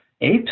apes